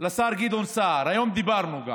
לשר גדעון סער, היום גם דיברנו,